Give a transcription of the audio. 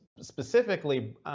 specifically